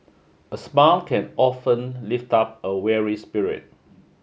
a smile can often lift up a weary spirit